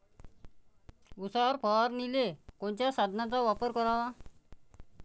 उसावर फवारनीले कोनच्या साधनाचा वापर कराव?